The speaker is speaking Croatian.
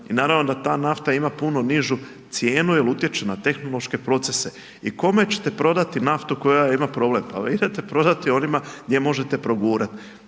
i naravno da ta nafta ima puno nižu cijenu jel utječe na tehnološke procese i kome ćete prodati naftu koja ima problem? Pa vi idete prodati onima gdje možete progurat,